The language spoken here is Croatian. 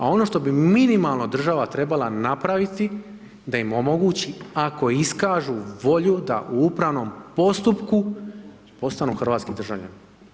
A ono što bi minimalno država trebala napraviti da im omogući ako iskažu volju da u upravnom postupku postanu hrvatski državljani.